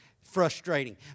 Frustrating